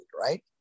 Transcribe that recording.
right